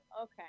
okay